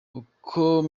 uko